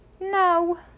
No